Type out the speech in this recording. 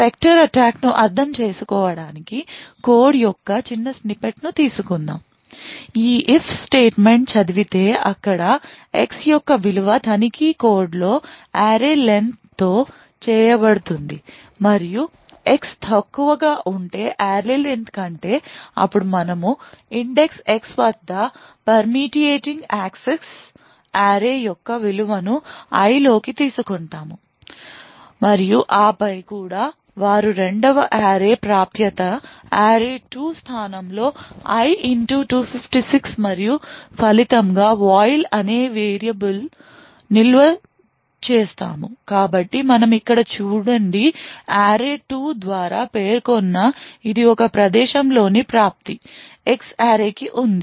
Spectre attack ను అర్థం చేసుకోవడానికి కోడ్ యొక్క చిన్న స్నిప్పెట్ను తీసుకుందాం ఈ if స్టేట్మెంట్ చదివితే అక్కడ X యొక్క విలువ తనిఖీ కోడ్లో array len తో చేయ బడుతుంది మరియు X తక్కువగా ఉంటే array len కంటే అప్పుడు మనము ఇండెక్స్ X వద్ద permeating access array యొక్క విలువను I లోకి తీసుకుంటారు మరియు ఆపై కూడా వారు రెండవ array ప్రాప్యత array2 స్థానంలో I 256 మరియు ఫలితంగా voil అనే ఈ వేరియబుల్ నిల్వ చేస్తాము కాబట్టి మనం ఇక్కడ చూడండి array2 ద్వారా పేర్కొన్న ఇది ఒక ప్రదేశంలోని ప్రాప్తి X arrayకి ఉంది